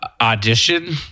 audition